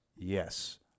Yes